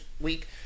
week